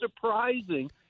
surprising